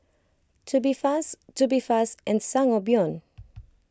Tubifast Tubifast and Sangobion